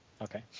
okay